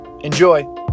Enjoy